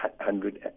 hundred